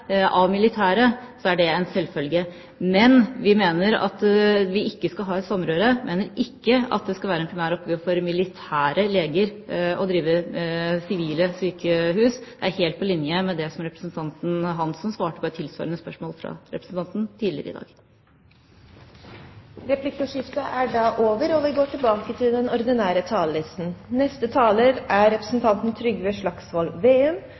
av militære, så er det en selvfølge. Men vi mener at vi ikke skal ha et samrøre. Vi mener at det ikke skal være en primær oppgave for militære leger å drive sivile sykehus. Det er helt på linje med det som representanten Hansen svarte på et tilsvarende spørsmål fra representanten Høybråten tidligere i dag. Replikkordskiftet er over. Det har vært interessant å sitte og